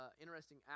interesting